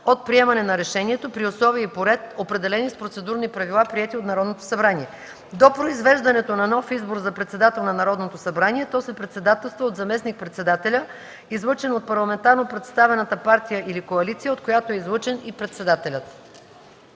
от приемането на решението при условия и по ред, определени с процедурни правила, приети от Народното събрание. До произвеждането на нов избор за председател на Народното събрание то се председателства от заместник-председателя, излъчен от парламентарно представената партия или коалиция, от която е излъчен и председателят.”